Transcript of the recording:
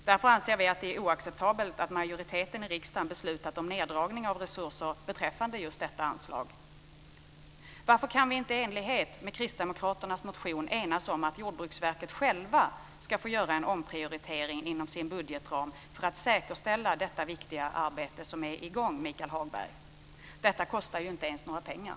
Därför anser vi att det är oacceptabelt att majoriteten i riksdagen har beslutat om neddragning av resurser beträffande just detta anslag. Varför kan vi inte i enlighet med Kristdemokraternas motion enas om att Jordbruksverket självt ska få göra en omprioritering inom sin budgetram för att säkerställa det viktiga arbete som är i gång, Michael Hagberg? Det kostar ju inte ens några pengar.